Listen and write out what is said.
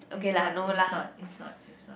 is not is not is not is not